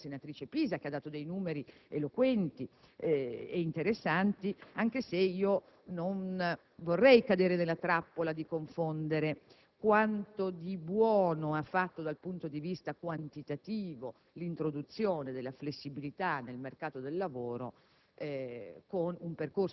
anche se io (la senatrice Pisa ha fornito numeri eloquenti ed interessanti al riguardo) non vorrei cadere nella trappola di confondere quanto di buono ha realizzato, dal punto di vista quantitativo, l'introduzione della flessibilità nel mercato del lavoro